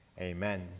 amen